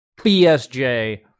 bsj